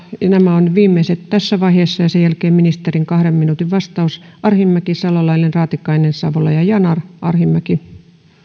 nämä ovat viimeiset tässä vaiheessa ja sen jälkeen ministerin kahden minuutin vastaus arhinmäki salolainen raatikainen savola ja yanar